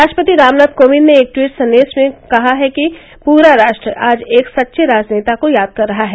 राष्ट्रपति रामनाथ कोविंद ने एक ट्वीट संदेश में कहा कि पूरा राष्ट्र आज एक सच्चे राजनेता को याद कर रहा है